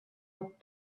off